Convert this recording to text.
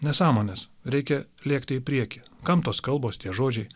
nesąmonės reikia lėkti į priekį kam tos kalbos tie žodžiai